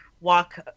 walk